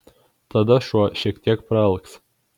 tada šuo šiek tiek praalks